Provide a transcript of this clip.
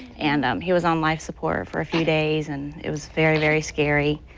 and um he was on life support for a few days and it was very, very scary.